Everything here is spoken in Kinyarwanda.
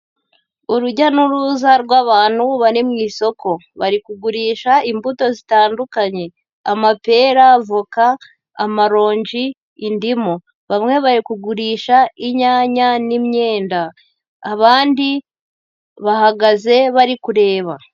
Urujya n'uruza rw'abantu bari mu isoko bari kugurisha imbuto zitandukanye amapera, voka amaronji, indimu, bamwe bari kugurisha inyanya n'imyenda abandi bahagaze bari kureba.